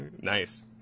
nice